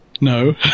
No